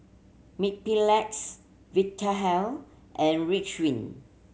Mepilex Vitahealth and Ridwind